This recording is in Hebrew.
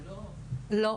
לא.